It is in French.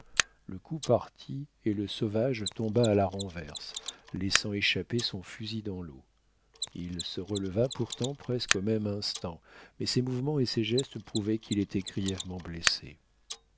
le coup partit et le sauvage tomba à la renverse laissant échapper son fusil dans l'eau il se releva pourtant presque au même instant mais ses mouvements et ses gestes prouvaient qu'il était grièvement blessé